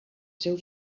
seus